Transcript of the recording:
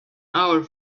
our